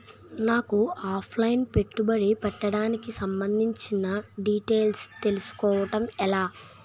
నాకు offline పెట్టుబడి పెట్టడానికి సంబందించిన డీటైల్స్ తెలుసుకోవడం ఎలా?